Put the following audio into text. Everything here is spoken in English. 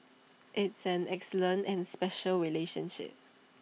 it's an excellent and special relationship